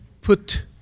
put